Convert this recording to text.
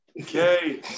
Okay